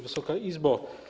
Wysoka Izbo!